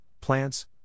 plants